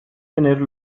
tener